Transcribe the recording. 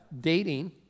dating